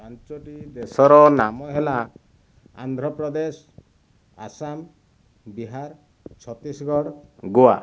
ପାଞ୍ଚଟି ଦେଶର ନାମ ହେଲା ଆନ୍ଧ୍ରପ୍ରଦେଶ ଆସାମ ବିହାର ଛତିଶଗଡ଼ ଗୋଆ